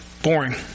Boring